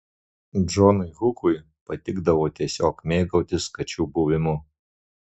džonui hukui patikdavo tiesiog mėgautis kačių buvimu